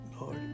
Lord